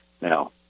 Now